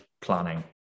planning